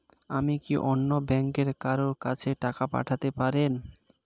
আমি কি অন্য ব্যাংকের কারো কাছে টাকা পাঠাতে পারেব?